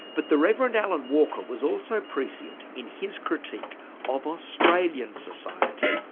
but the reverend alan walker was also prescient in his critique of australian society.